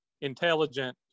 intelligent